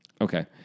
Okay